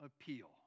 appeal